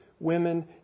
women